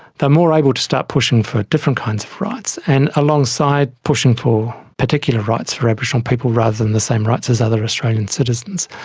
more able to start pushing for different kinds of rights, and, alongside, pushing for particular rights for aboriginal people rather than the same rights as other australian citizens.